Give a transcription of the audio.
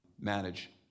manage